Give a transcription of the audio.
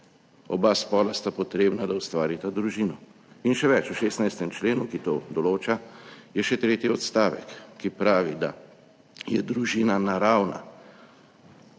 oba spola sta potrebna, da ustvarita družino in še več, v 16. členu, ki to določa, je še tretji odstavek, ki pravi, da je družina naravna